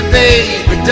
baby